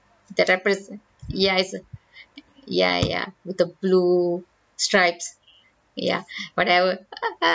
that represe~ ya it's a ya ya with a blue stripes ya whatever